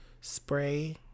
spray